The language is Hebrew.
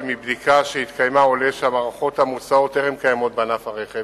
מבדיקה שהתקיימה עולה שהמערכות המוצעות טרם קיימות בענף הרכב,